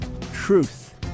Truth